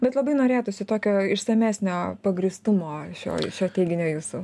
bet labai norėtųsi tokio išsamesnio pagrįstumo šioj šio teiginio jūsų